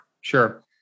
Sure